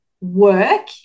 work